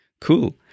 Cool